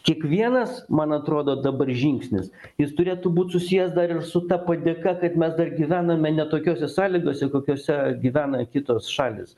kiekvienas man atrodo dabar žingsnis jis turėtų būt susijęs dar ir su ta padėka kad mes dar gyvename ne tokiose sąlygose kokiose gyvena kitos šalys